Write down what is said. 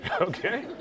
okay